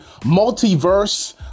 multiverse